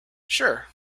sure